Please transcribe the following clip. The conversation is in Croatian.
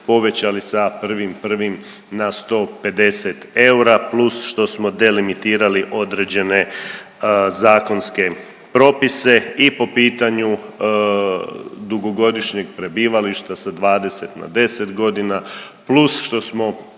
povećali sa 1.01. na 150 eura plus što smo delimitirali određene zakonske propise i po pitanju dugogodišnjeg prebivališta sa 20 na 10 godina plus što smo